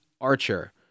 Archer